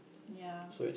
ya